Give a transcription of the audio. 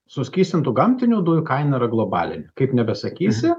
suskystintų gamtinių dujų kaina yra globalinė kaip nebesakysi